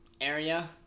area